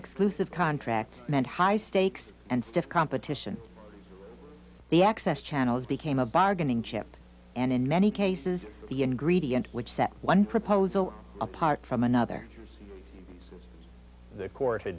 exclusive contracts meant high stakes and stiff competition the access channels became a bargaining chip and in many cases the ingredient which set one proposal apart from another the cour